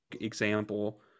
example